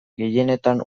gehienetan